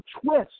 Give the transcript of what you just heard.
twist